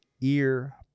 Ear